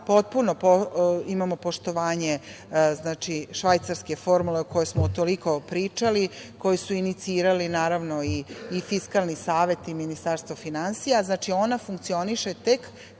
potpuno imamo poštovanje švajcarske formule, o kojoj smo toliko pričalo, koju su inicirali naravno i Fiskalni savet i Ministarstvo finansija. Znači, ona funkcioniše tek